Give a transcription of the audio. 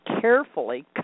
carefully